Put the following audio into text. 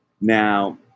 now